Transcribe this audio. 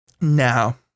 Now